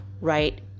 right